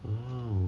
hmm